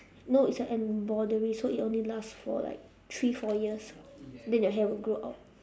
no it's an embroidery so it only lasts for like three four years then your hair will grow out